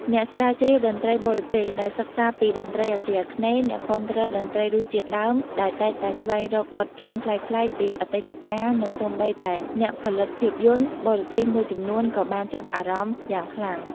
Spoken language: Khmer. អ្នកស្រាវជ្រាវតន្ត្រីបរទេសដែលសិក្សាពីតន្ត្រីអាស៊ីអាគ្នេយ៍ អ្នកគាំទ្រតន្ត្រីរសជាតិដើម ដែលតែងតែស្វែងរកបទភ្លេងប្លែកៗពីអតីតកាល និងសូម្បីតែ អ្នកផលិតភាពយន្ត បរទេសមួយចំនួន ក៏បានចាប់អារម្មណ៍យ៉ាងខ្លាំង។